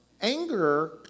Anger